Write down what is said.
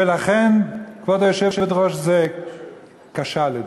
ולכן, כבוד היושבת-ראש, זה כשל לדעתי,